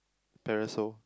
parasol